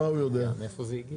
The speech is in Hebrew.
מה כל התקנות ותקנות כאלה ואחרות.